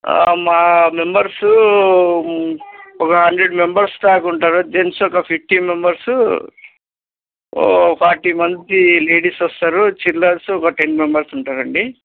మా మెంబర్స్ ఒక hundred members దాకా ఉంటారు జెంట్స్ ఒక ఫిఫ్టీ మెంబర్స్ ఫార్టీ మంది లేడీస్ వస్తారు చిల్లర్స్ ఒక టెన్ మెంబెర్స్ ఉంటారండి